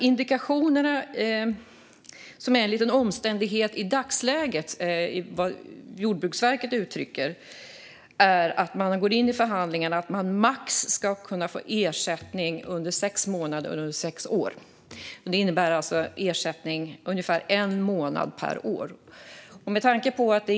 Indikationerna, som är en liten omständighet i dagsläget, enligt vad Jordbruksverket uttrycker, är när man går in i förhandlingarna att det som mest ska gå att få ersättning i sex månader under sex år - det innebär alltså ersättning ungefär en månad per år.